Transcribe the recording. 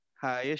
Hi